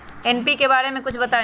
NPK बारे म कुछ बताई?